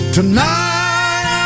Tonight